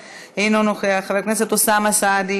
חברת הכנסת מיכל רוזין,